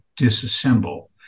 disassemble